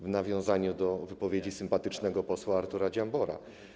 W nawiązaniu do wypowiedzi sympatycznego posła Artura Dziambora.